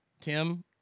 Tim